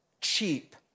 cheap